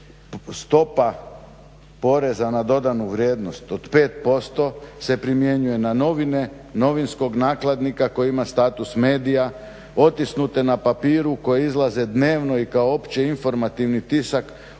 "stopa poreza na dodanu vrijednost od 5% se primjenjuje na novine, novinskog nakladnika koji ima status medija otisnute na papiru koje izlaze dnevno i kao opće informativni tisak,